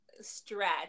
stretch